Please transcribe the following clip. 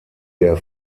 der